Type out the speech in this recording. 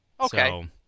Okay